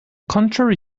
contrary